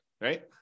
right